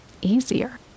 easier